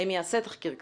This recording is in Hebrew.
האם ייעשה תחקיר כזה.